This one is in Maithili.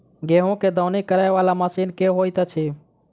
गेंहूँ केँ दौनी करै वला मशीन केँ होइत अछि?